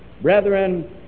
Brethren